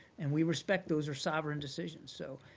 and we respect those are sovereign decisions, so